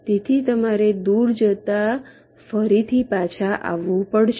તેથી તમારે દૂર જતા ફરીથી પાછા આવવું પડશે